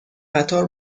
قطار